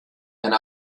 and